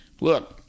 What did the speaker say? look